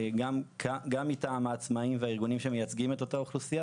גם מטעם העצמאיים והארגונים שמייצגים את אותה אוכלוסיה,